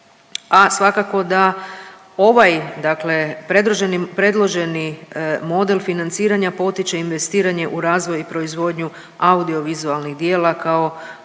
a svakako da ovaj predloženi model financiranja potiče investiranje u razvoj i proizvodnju audiovizualnih djela kao